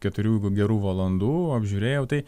keturių gerų valandų apžiurėjau tai